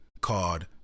called